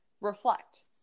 reflect